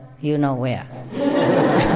you-know-where